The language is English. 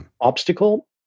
obstacle